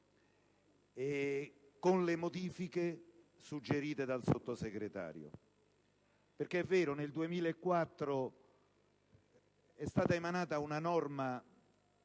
con le modifiche suggerite dallo stesso Sottosegretario. È vero, nel 2004 è stata emanata una norma